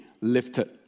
lifted